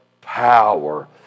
power